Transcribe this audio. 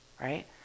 right